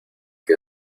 que